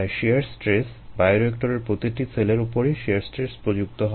তাই shear stress বায়োরিয়েক্টরে প্রতিটি সেলের উপরই শিয়ার স্ট্রেস প্রযুক্ত হয়